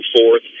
forth